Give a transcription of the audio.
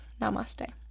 namaste